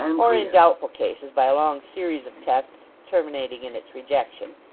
or in doubtful cases, by a long series of tests terminating in its rejection.